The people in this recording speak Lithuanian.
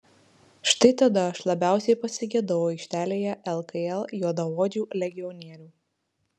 štai tada aš labiausiai pasigedau aikštelėje lkl juodaodžių legionierių